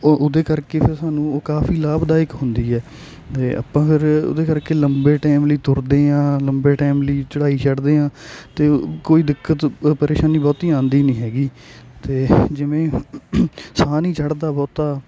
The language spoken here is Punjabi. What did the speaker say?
ਉਹ ਉਹਦੇ ਕਰਕੇ ਫਿਰ ਉਹ ਸਾਨੂੰ ਉਹ ਕਾਫ਼ੀ ਲਾਭਦਾਇਕ ਹੁੰਦੀ ਹੈ ਅਤੇ ਆਪਾਂ ਫਿਰ ਉਹਦੇ ਕਰਕੇ ਲੰਬੇ ਟਾਈਮ ਲਈ ਤੁਰਦੇ ਹਾਂ ਲੰਬੇ ਟਾਈਮ ਲਈ ਚੜ੍ਹਾਈ ਚੜ੍ਹਦੇ ਹਾਂ ਤਾਂ ਕੋਈ ਦਿੱਕਤ ਪਰੇਸ਼ਾਨੀ ਬਹੁਤੀ ਆਉਂਦੀ ਨਹੀਂ ਹੈਗੀ ਅਤੇ ਜਿਵੇਂ ਸਾਹ ਨਹੀਂ ਚੜ੍ਹਦਾ ਬਹੁਤਾ